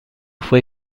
fue